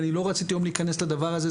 אני לא רציתי היום להיכנס לדבר הזה,